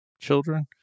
children